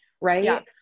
right